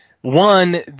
one